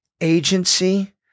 agency